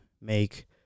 make